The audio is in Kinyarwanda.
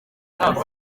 mwaka